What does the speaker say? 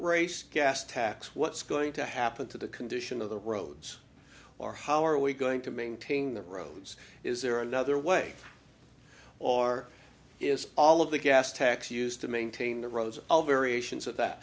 race gas tax what's going to happen to the condition of the roads or how are we going to maintain the roads is there another way or is all of the gas tax used to maintain the roads all variations of that